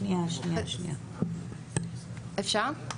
אפשר?